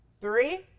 Three